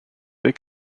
big